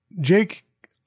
Jake